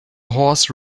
horse